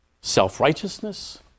self-righteousness